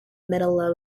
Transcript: middle